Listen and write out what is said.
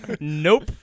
Nope